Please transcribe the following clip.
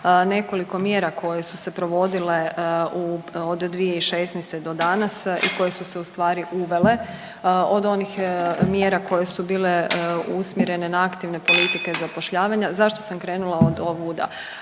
nekoliko mjera koje su se provodile od 2016. do danas i koje su se u stvari uvele. Od onih mjera koje su bile usmjerene na aktivne politike zapošljavanja, zašto sam krenula odovuda,